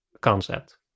concept